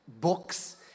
books